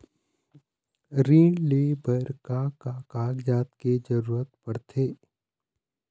ऋण ले बर का का कागजात के जरूरत पड़थे?